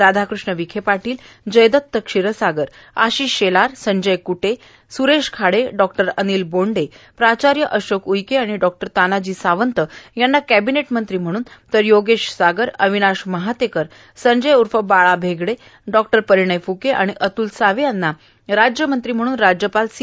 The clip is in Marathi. राधाकृष्ण विखे पाटील जयदत क्षीरसागर आशिष शेलार संजय क्टे स्रेश खाडे डॉक्टर अनिल बोंडे प्राचार्य अशोक उईके आणि डॉक्टर तानाजी सावंत यांना कॅबिनेट मंत्री म्हणून तर योगेश सागर अविनाश महातेकर संजय उर्फ बाळा भेगडे डॉक्टर परिणय फुके आणि अतूल सावे यांना राज्यमंत्री म्हणून राज्यपाल सी